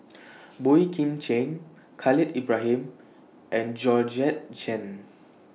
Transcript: Boey Kim Cheng Khalil Ibrahim and Georgette Chen